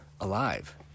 alive